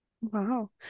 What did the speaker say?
Wow